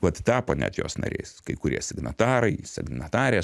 vat tapo net jos nariais kai kurie signatarai signatarės